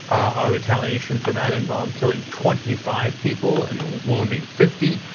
our retaliation for that involves killing twenty five people and wounding fifty.